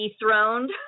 dethroned